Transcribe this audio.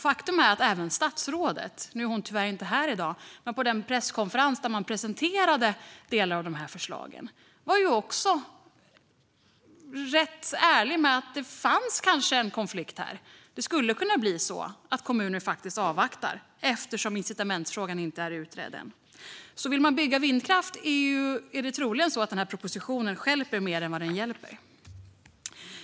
Faktum är att även statsrådet, som tyvärr inte är här i dag, på den presskonferens där man presenterade delar av förslagen var rätt ärlig med att det kanske finns en konflikt här. Det skulle kunna bli så att kommuner faktiskt avvaktar eftersom incitamentsfrågan inte är utredd än. Om man vill bygga vindkraft är det alltså troligen så att propositionen stjälper mer än den hjälper.